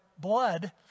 blood